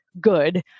good